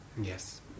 Yes